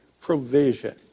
provision